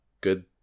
good